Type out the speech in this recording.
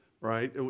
right